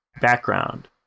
background